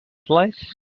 place